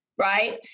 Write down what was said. right